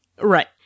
Right